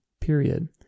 period